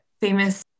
famous